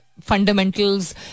fundamentals